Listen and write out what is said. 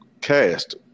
cast